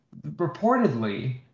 Reportedly